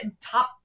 top